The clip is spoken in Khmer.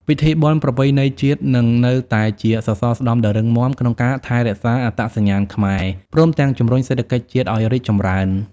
ពិធីបុណ្យប្រពៃណីជាតិនឹងនៅតែជាសសរស្តម្ភដ៏រឹងមាំក្នុងការថែរក្សាអត្តសញ្ញាណខ្មែរ ព្រមទាំងជំរុញសេដ្ឋកិច្ចជាតិឱ្យរីកចម្រើន។